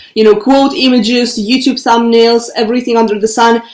you know, quote images, youtube thumbnails, everything under the sun.